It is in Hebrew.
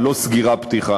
ולא סגירה-פתיחה,